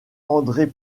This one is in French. andrés